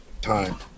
time